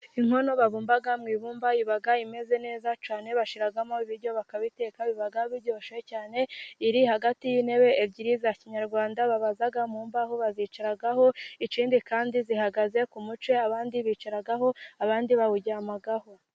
Inkono bavumba mu ibumba iba imeze neza cyane. Bashyiramo ibiryo, bakabiteka, biba biryoshye cyane. Iri hagati y'intebe ebyiri za kinyarwanda babaza mu mbaho, bazicaraho. Ikindi kandi zihagaze ku muco, abandi bicaraho abandi bawuryamaga